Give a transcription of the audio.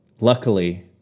luckily